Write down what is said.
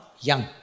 young